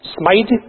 Smite